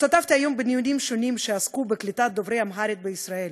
השתתפתי היום בדיונים שונים שעסקו בקליטת דוברי אמהרית בישראל.